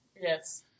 Yes